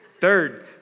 Third